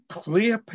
clear